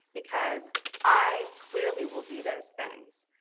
because i clearly will do those things.